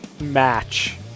match